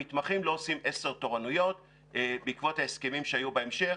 המתמחים לא עושים עשר תורנויות בעקבות ההסכמים שהיו בהמשך,